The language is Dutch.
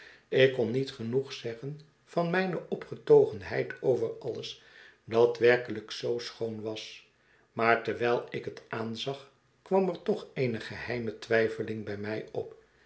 ik kon niet genoeg zeggen van mijne opgetogenheid over alles dat werkelijk zoo schoon was maar terwijl ik het aanzag kwam er toch eene geheime twijfeling bij mij op